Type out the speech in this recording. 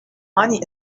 money